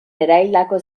eraildako